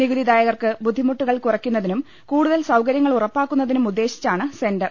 നികുതിദായകർക്ക് ബുദ്ധിമുട്ടുകൾ കുറയ്ക്കുന്നതിനും കൂടുതൽ സൌകര്യങ്ങൾ ഉറപ്പാക്കുന്നതിനും ഉദ്ദേശിച്ചാണ് സെന്റർ